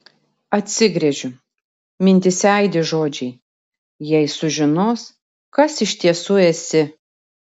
atsigręžiu mintyse aidi žodžiai jei sužinos kas iš tiesų esi